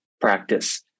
practice